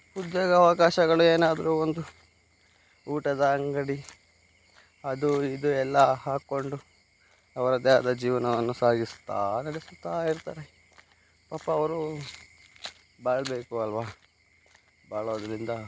ಉದ್ಯೋಗಾವಕಾಶಗಳು ಏನಾದರೂ ಒಂದು ಊಟದ ಅಂಗಡಿ ಅದು ಇದು ಎಲ್ಲ ಹಾಕೊಂಡು ಅವರದೇ ಆದ ಜೀವನವನ್ನು ಸಾಗಿಸ್ತಾ ನಡೆಸುತ್ತಾ ಇರ್ತಾರೆ ಪಾಪ ಅವರೂ ಬಾಳಬೇಕು ಅಲ್ವಾ ಬಾಳೋದ್ರಿಂದ